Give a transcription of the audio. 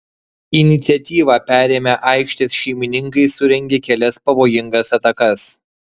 iniciatyvą perėmę aikštės šeimininkai surengė kelias pavojingas atakas